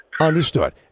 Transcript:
Understood